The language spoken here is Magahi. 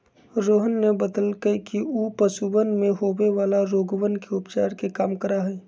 रोहन ने बतल कई कि ऊ पशुवन में होवे वाला रोगवन के उपचार के काम करा हई